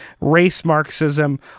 race-Marxism